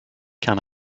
can